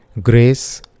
Grace